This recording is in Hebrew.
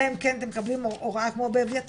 אלא אם כן אתם מקבלים הוראה כמו באביתר